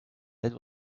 that